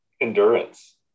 endurance